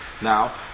now